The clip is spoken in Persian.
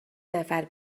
نفر